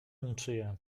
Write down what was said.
niczyje